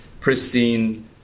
pristine